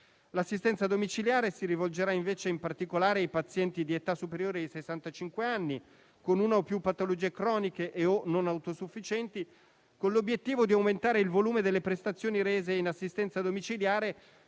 L'assistenza domiciliare si rivolgerà, invece, in particolare ai pazienti di età superiore ai sessantacinque anni, con una o più patologie croniche e/o non autosufficienti, con l'obiettivo di aumentare il volume delle prestazioni rese in assistenza domiciliare,